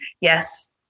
Yes